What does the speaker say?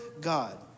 God